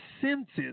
senses